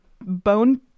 bone